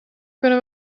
kunnen